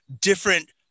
different